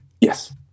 Yes